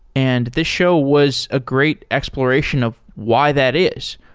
and this show was a great exploration of why that is.